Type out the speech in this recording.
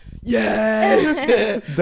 yes